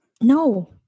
No